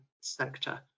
sector